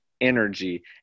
energy